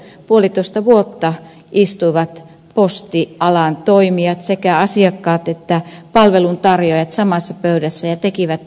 puolitoista vuotta istuivat postialan toimijat sekä asiakkaat että palveluntarjoajat samassa pöydässä ja tekivät esityksen